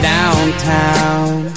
Downtown